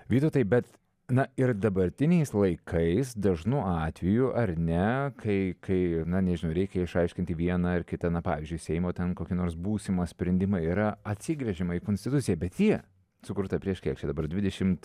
vytautai bet na ir dabartiniais laikais dažnu atveju ar ne kai kai na nežinau reikia išaiškinti vieną ar kitą na pavyzdžiui seimo ten kokį nors būsimą sprendimą yra atsigręžiama į konstituciją bet ji sukurta prieš kiek čia dabar dvidešimt